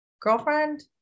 girlfriend